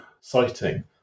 citing